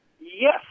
Yes